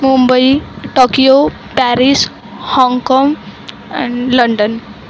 Mumbai Tokyo Paris हाँगकाँग and London